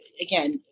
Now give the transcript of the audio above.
again